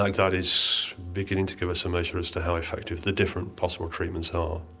like that is beginning to give us a measure as to how effective the different possible treatments are.